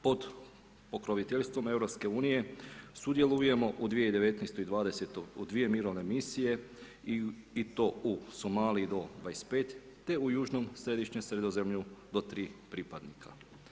Pod pokroviteljstvom EU-a sudjelujemo u 2019.-2020. u dvije mirovne misije i to u Somaliji do 25 te u južnom i središnjem Sredozemlju do 3 pripadnika.